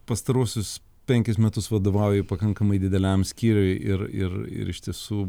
pastaruosius penkis metus vadovauju pakankamai dideliam skyriui ir ir ir iš tiesų